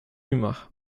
humor